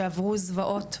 שעברו זוועות,